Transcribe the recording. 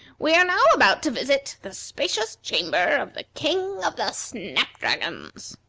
we are now about to visit the spacious chamber of the king of the snap-dragons.